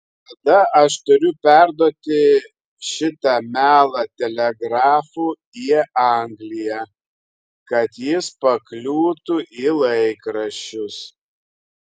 tada aš turiu perduoti šitą melą telegrafu į angliją kad jis pakliūtų į laikraščius